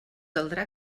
caldrà